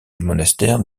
monastère